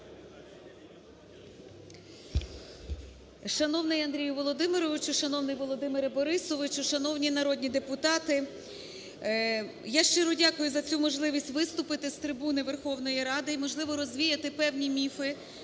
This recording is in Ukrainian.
Шановний Андрію Володимировичу! Шановний Володимире Борисовичу! Шановні народні депутати! Я щиро дякую за цю можливість виступити з трибуни Верховної Ради і, можливо, розвіяти певні міфи,